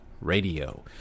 Radio